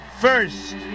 first